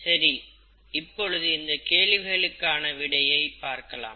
சரி இப்பொழுது இந்த கேள்விகளுக்கான விடையை பார்க்கலாம்